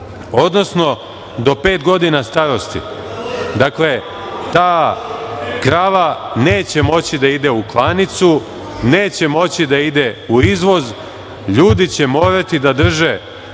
odnosno do pet godina starosti. Dakle, ta krava neće moći da ide u klanicu, neće moći da ide u izvoz. Ljudi će morati da drže